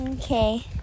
Okay